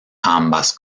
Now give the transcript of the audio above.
ambas